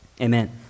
Amen